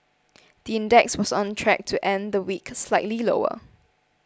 the index was on track to end the week slightly lower